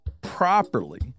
properly